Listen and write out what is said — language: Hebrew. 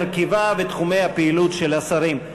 הרכבה ותחומי הפעילות של השרים.